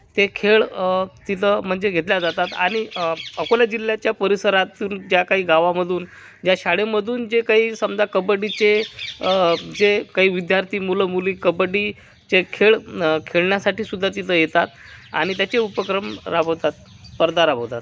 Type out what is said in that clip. ते खेळ तिथं म्हणजे घेतल्या जातात आणि अकोला जिल्ह्याच्या परिसरातून ज्या काही गावांमधून ज्या शाळेमधून जे काही समजा कबड्डीचे जे काही विद्यार्थी मुलं मुली कबड्डीचे खेळ खेळण्यासाठी सुद्धा तिथं येतात आणि त्याचे उपक्रम राबवतात स्पर्धा राबवतात